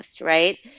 Right